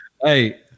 Hey